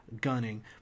gunning